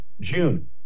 June